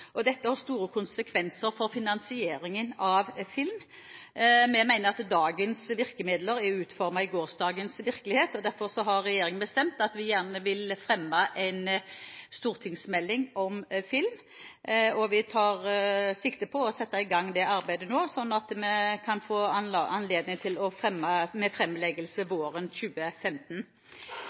og dette har store konsekvenser for finansieringen av film. Vi mener at dagens virkemidler er utformet i gårsdagens virkelighet. Derfor har vi i regjeringen bestemt at vi gjerne vil fremme en stortingsmelding om film. Vi tar sikte på å sette i gang det arbeidet nå, sånn at vi kan få anledning til å fremme den våren 2015.